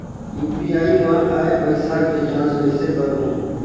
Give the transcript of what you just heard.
UPI मा आय पइसा के जांच कइसे करहूं?